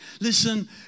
Listen